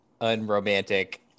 unromantic